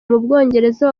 mubwongereza